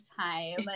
time